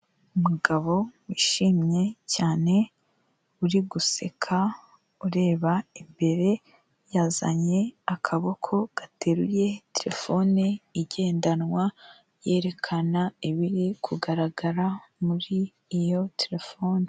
Umugabo wishimye cyane uri guseka, ureba imbere yazanye akaboko gateruye terefone igendanwa, yerekana ibiri kugaragara muri iyo telefone.